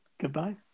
Goodbye